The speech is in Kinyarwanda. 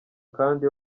kandi